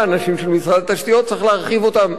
צריך להרחיב אותה בעוד כמה אנשים,